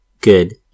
Good